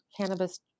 cannabis